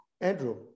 Andrew